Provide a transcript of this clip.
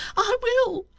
i will.